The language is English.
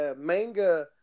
manga